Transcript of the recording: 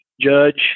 judge